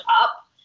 up